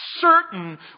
certain